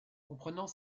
comprenant